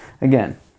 again